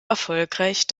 erfolgreich